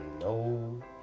No